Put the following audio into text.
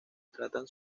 tratan